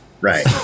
Right